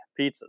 pizzas